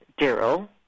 Daryl